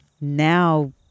now